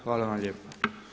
Hvala vam lijepa.